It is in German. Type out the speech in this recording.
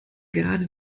gerade